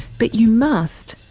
but you must,